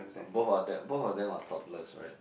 um both of them both of them are topless right